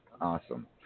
Awesome